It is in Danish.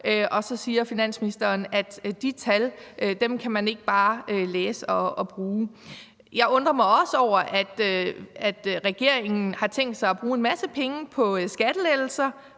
og så siger finansministeren, at de tal kan man ikke bare læse og bruge. Jeg undrer mig også over, at regeringen har tænkt sig at bruge en masse penge på skattelettelser,